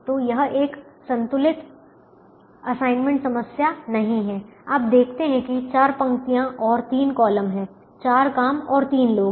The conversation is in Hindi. तो यह एक संतुलित असाइनमेंट समस्या नहीं है आप देखते हैं कि 4 पंक्तियाँ और 3 कॉलम हैं 4 काम और 3 लोग हैं